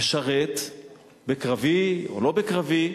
משרת בקרבי, או לא בקרבי,